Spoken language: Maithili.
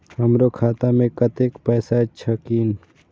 हमरो खाता में कतेक पैसा छकीन?